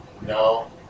no